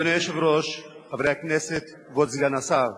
אדוני היושב-ראש, חברי הכנסת, כבוד סגן השר,